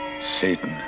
Satan